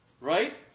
Right